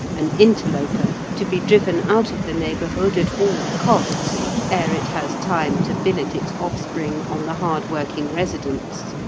an interloper, to be driven out of the neighbourhood at all costs ere it has time to billet its offspring on the hard-working residents.